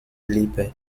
lippe